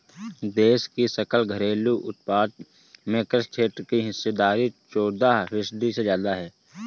देश की सकल घरेलू उत्पाद में कृषि क्षेत्र की हिस्सेदारी चौदह फीसदी से ज्यादा है